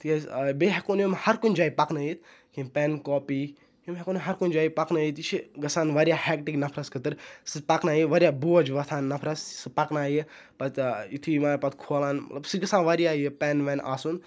تکیازِ بیٚیہِ ہیٚکو نہٕ یِم ہَر کُنہِ جایہِ پَکنٲیِتھ کینٛہہ پٮ۪ن کاپی یِم ہیٚکو نہٕ یِم ہَر کُنہِ جایہِ پَکنٲیِتھ یہِ چھُ گَژھان حٮ۪کٹِک نَفرَس خٲطرٕ سُہ پَکنایے واریاہ بوج وۄتھان نَفرَس سُہ پَکنایہِ پَتہٕ یُتھے یِوان پَتہٕ کھولان مَطلَب سُہ چھُ گَژھان واریاہ یہِ پٮ۪ن وٮ۪ن آسُن